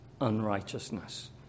unrighteousness